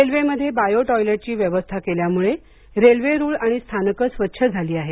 रेल्वेमध्ये बायो टॉयलेटची व्यावस्था केल्यामळें रेल्वे रूळ आणि स्थानक स्वच्छ झाली आहेत